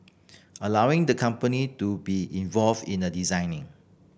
allowing the company to be involved in the designing